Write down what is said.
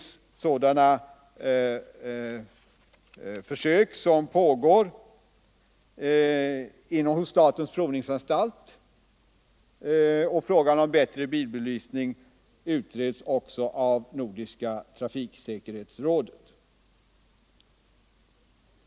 Sådana försök görs inom statens provningsanstalt, och frågan om bättre bilbelysning utreds också av Nordiska trafiksäkerhetsrådet.